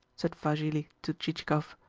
said vassili to chichikov.